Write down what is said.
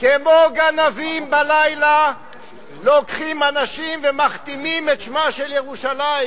כמו גנבים בלילה לוקחים אנשים ומכתימים את שמה של ירושלים.